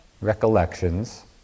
recollections